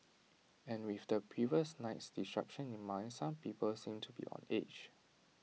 and with the previous night's disruption in mind some people seemed to be on edge